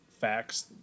facts